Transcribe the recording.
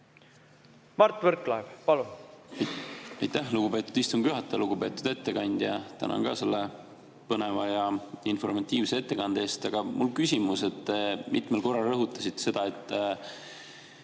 Mart Võrklaev, palun!